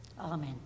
Amen